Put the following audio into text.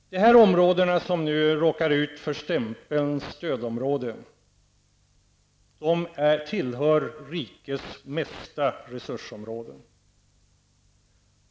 Dessa områden, som råkar ut för stämpeln stödområde, tillhör de delar av landet som har de mesta resurserna.